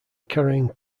carrying